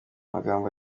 amagambo